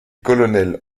colonels